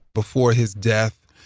before his death,